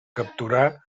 capturar